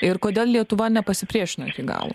ir kodėl lietuva nepasipriešino iki galo